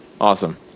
Awesome